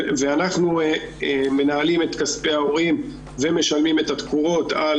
אנחנו מנהלים את כספי ההורים ומשלמים את התקורות על